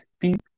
beep